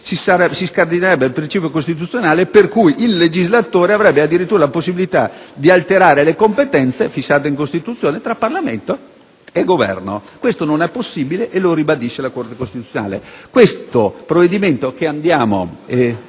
si scardinerebbe un principio costituzionale e il legislatore avrebbe addirittura la possibilità di alterare il riparto delle competenze, fissate in Costituzione, tra Parlamento e Governo. Questo non è possibile e lo ribadisce la Corte costituzionale. Il provvedimento che andiamo